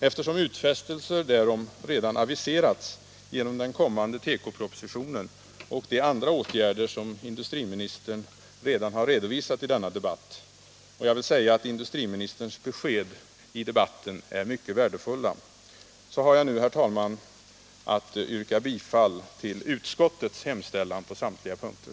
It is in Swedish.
Eftersom utfästelser därom har aviserats genom den kommande tekopropositionen och de andra åtgärder som industriministern har redovisat i dagens debatt — jag vill säga att industriministerns besked är mycket värdefulla — yrkar jag bifall till utskottets hemställan på samtliga punkter.